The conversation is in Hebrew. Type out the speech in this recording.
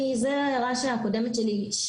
זאת ההערה הקודמת שלי,